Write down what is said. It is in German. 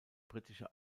britische